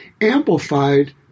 amplified